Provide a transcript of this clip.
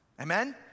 Amen